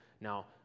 Now